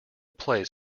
plays